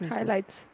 Highlights